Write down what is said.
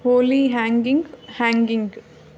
Holi hanging hanging